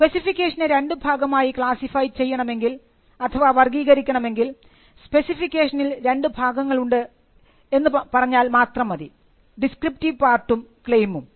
സ്പെസിഫിക്കേഷനെ രണ്ടു ഭാഗമായി ക്ലാസിഫൈ ചെയ്യണമെങ്കിൽ അഥവാ വർഗ്ഗീകരിക്കണമെങ്കിൽ സ്പെസിഫിക്കേഷനിൽ രണ്ടു ഭാഗങ്ങൾ ഉണ്ട് എന്ന് പറഞ്ഞാൽ മാത്രം മതി ഡിസ്ക്രിപ്റ്റീവ് പാർട്ടും ക്ലെയിമും